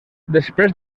després